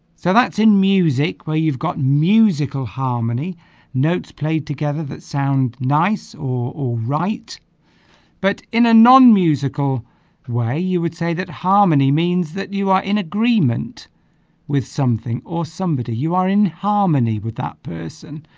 so that's in music where you've got musical harmony notes played together that sound nice or alright but in a non-musical way you would say that harmony means that you are in agreement with something or somebody you are in harmony with that person